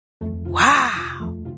Wow